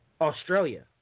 Australia